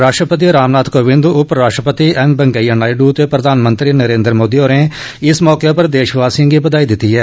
राश्ट्रपति रामनाथ कोविंद उपराश्ट्रपति एम वैंकया नायडू ते प्रधानमंत्री नरेन्द्र मोदी होरें इस मौके पर देश वासिएं गी बदाई दिती ऐ